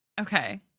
Okay